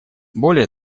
более